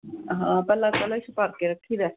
ਹਾਂ ਪਹਿਲਾਂ ਕਲਸ਼ ਭਰ ਕੇ ਰੱਖੀਦਾ